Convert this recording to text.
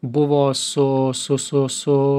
buvo su su su su